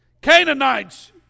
Canaanites